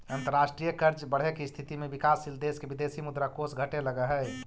अंतरराष्ट्रीय कर्ज बढ़े के स्थिति में विकासशील देश के विदेशी मुद्रा कोष घटे लगऽ हई